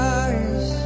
eyes